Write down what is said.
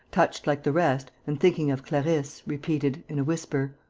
touched like the rest and thinking of clarisse, repeated, in a whisper